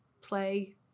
play